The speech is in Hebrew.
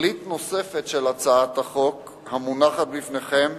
תכלית נוספת של הצעת החוק המונחת בפניכם